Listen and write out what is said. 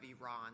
Iran